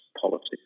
politics